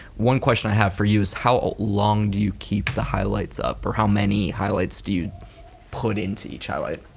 one question i have for you is how ah long do you keep the highlights up or how many highlights do you put into each highlight?